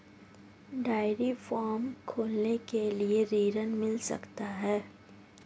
Dairy farm खोलने के लिए ऋण मिल सकता है?